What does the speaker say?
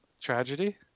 Tragedy